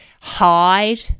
hide